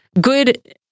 good